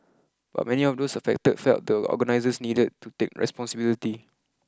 but many of those affected felt the organisers needed to take responsibility